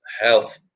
health